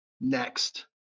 next